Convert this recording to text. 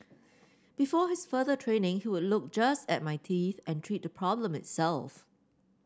before his further training he would look just at my teeth and treat the problem itself